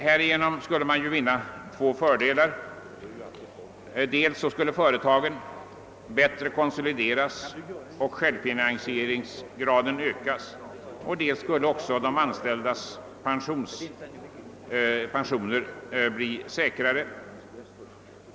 Härigenom skulle man vinna två fördelar. Dels skulle företaget bättre konsolideras och självfinansieringsgraden ökas, dels skulle de anställdas pensioner bli säkrare.